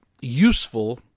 useful